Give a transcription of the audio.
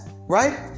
right